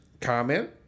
comment